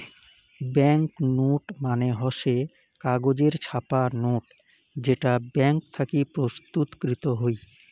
bank note মানে হসে কাগজে ছাপা নোট যেটা ব্যাঙ্ক থাকি প্রস্তুতকৃত হই